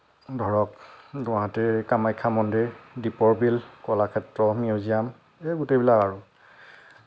ধৰক গুৱাহাটীৰ কামাখ্যা মন্দিৰ দ্বীপৰবিল কলাক্ষেত্ৰ মিউজিয়াম এই গোটেইবিলাক আৰু